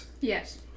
Yes